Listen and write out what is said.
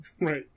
Right